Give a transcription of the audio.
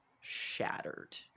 shattered